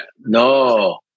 No